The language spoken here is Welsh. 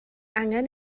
angen